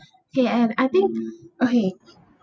okay I have I think okay